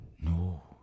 No